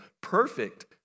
perfect